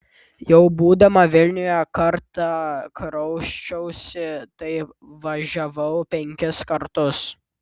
jau būdama vilniuje kartą krausčiausi tai važiavau penkis kartus